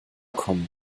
kommen